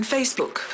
Facebook